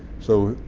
so